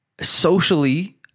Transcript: Socially